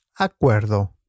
acuerdo